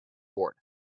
board